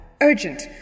Urgent